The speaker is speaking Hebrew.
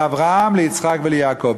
לאברהם ליצחק וליעקב".